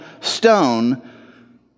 stone